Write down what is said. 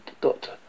Doctor